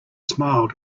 smiled